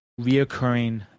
reoccurring